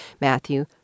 Matthew